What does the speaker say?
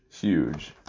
huge